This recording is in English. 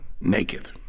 naked